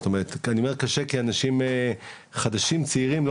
אני אומר קשה כי אנשים חדשים צעירים לא